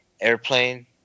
airplane